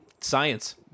science